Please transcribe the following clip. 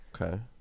Okay